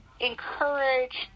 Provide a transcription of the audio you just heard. encourage